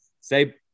Say